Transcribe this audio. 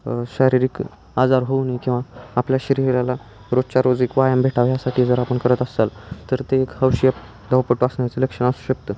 शारीरिक आजार होऊ नये किंवा आपल्या शरीराला रोजच्या रोज एक व्यायाम भेटाव यासाठी जर आपण करत असाल तर ते एक हौशी धावपटू वा असण्याचं लक्षणअसू शकतं